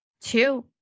Two